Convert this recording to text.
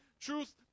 Truth